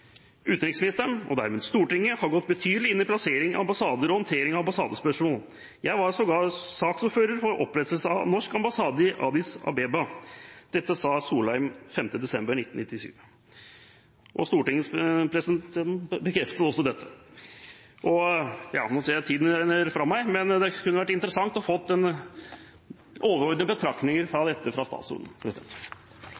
og dermed Stortinget, har gått betydelig inn i plassering av ambassader og håndtering av ambassadespørsmål. Jeg var sågar saksordfører for opprettelse av norsk ambassade i Addis Abeba.» Dette sa Erik Solheim den 5. desember 1997, og stortingspresidenten bekreftet også dette. Nå ser jeg at tiden renner ut, men det kunne vært interessant å få noen overordnede betraktninger om dette fra